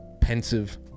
pensive